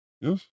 Yes